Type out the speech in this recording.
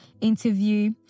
interview